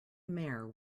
mare